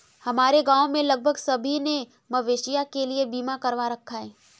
हमारे गांव में लगभग सभी ने मवेशियों के लिए बीमा करवा रखा है